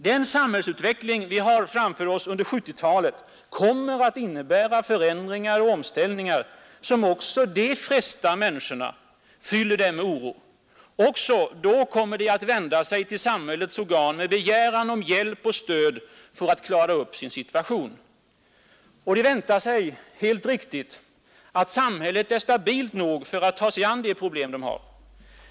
Den samhällsutveckling vi har framför oss under 1970-talet kommer att innebära förändringar och omställningar som också de frestar på människorna, fyller dem med oro. Också då kommer människorna att vända sig till samhällets organ med begäran om hjälp och stöd för att klara upp sin situation. Och de väntar sig — helt riktigt — att samhället är stabilt nog att ta sin an de problem de har.